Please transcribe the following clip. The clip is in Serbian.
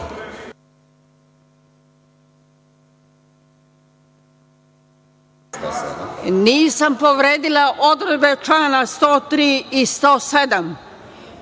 Nisam povredila odredbe člana 103.